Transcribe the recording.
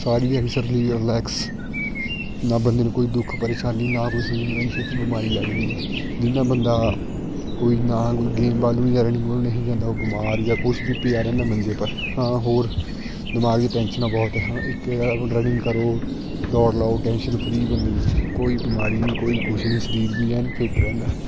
ਸਾਰੀ ਦਿਹਾੜੀ ਸਰੀਰ ਰਿਲੈਕਸ ਨਾ ਬੰਦੇ ਨੂੰ ਕੋਈ ਦੁੱਖ ਪਰੇਸ਼ਾਨੀ ਨਾ ਕੋਈ ਸਰੀਰ ਨੂੰ ਐਨੀ ਛੇਤੀ ਬਿਮਾਰੀ ਲੱਗਦੀ ਹੈ ਜਿੰਨਾ ਬੰਦਾ ਕੋਈ ਨਾ ਕੋਈ ਗੇਮ ਵੱਲ ਨੂੰ ਜਾਂ ਰਨਿੰਗ ਵੱਲ ਨੂੰ ਨਹੀਂ ਜਾਂਦਾ ਉਹ ਬਿਮਾਰ ਜਾਂ ਕੁਛ ਵੀ ਪਿਆ ਰਹਿੰਦਾ ਮੰਜੇ ਪਰ ਹਾਂ ਹੋਰ ਦਿਮਾਗੀ ਟੈਨਸ਼ਨਾਂ ਬਹੁਤ ਹਾਂ ਇੱਕ ਰਨਿੰਗ ਕਰੋ ਦੌੜ ਲਾਓ ਟੈਨਸ਼ਨ ਫਰੀ ਬੰਦੇ ਨੂੰ ਕੋਈ ਬਿਮਾਰੀ ਨਹੀਂ ਕੋਈ ਕੁਛ ਨਹੀਂ ਸਰੀਰ ਵੀ ਐਨ ਫਿਟ ਰਹਿੰਦਾ